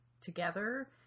together